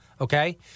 Okay